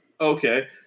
okay